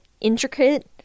intricate